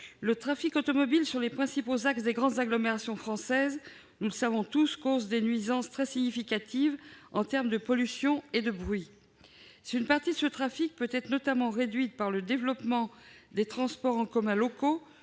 le trafic automobile sur les principaux axes des grandes agglomérations françaises cause des nuisances très significatives en termes de pollution et de bruit. Si une partie de ce trafic peut être notamment réduite par le développement des transports en commun locaux,